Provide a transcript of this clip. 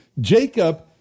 Jacob